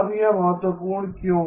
अब यह महत्वपूर्ण क्यों है